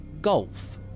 Golf